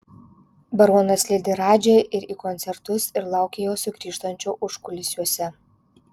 baronas lydi radži ir į koncertus ir laukia jo sugrįžtančio užkulisiuose